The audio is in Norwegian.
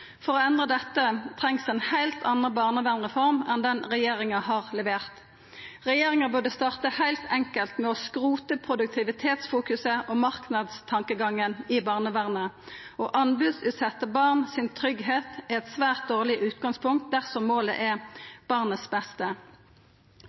For å endra dette trengst ei heilt anna barnevernreform enn ho regjeringa har levert. Regjeringa burde starta heilt enkelt med å skrota produktivitetsfokuset og marknadstankegangen i barnevernet. Å anbodsutsetja barns tryggleik er eit svært dårleg utgangspunkt dersom målet er